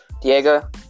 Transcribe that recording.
Diego